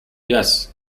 yes